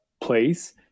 place